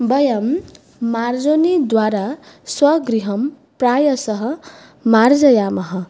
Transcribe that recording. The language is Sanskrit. वयं मार्जनी द्वारा स्वगृहं प्रायशः मार्जयामः